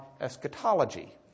eschatology